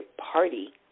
party